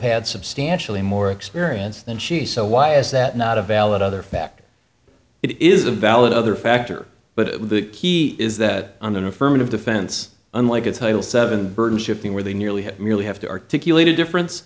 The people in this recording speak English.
had substantially more experience than she so why is that not a valid other fact it is a valid other factor but the key is that on an affirmative defense unlike a title seven burden shifting where they nearly have merely have to articulate a difference